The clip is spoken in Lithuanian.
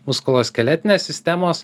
muskulo skeletinės sistemos